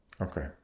Okay